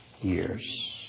years